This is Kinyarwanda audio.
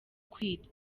kwita